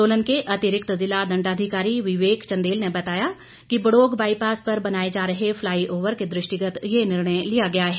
सोलन के अतिरिक्त जिला दंडाधिकारी विवेक चंदेल ने बताया कि बड़ोग बाईपास पर बनाए जा रहे फ़लाई ओवर के दृष्टिगत ये निर्णय लिया गया है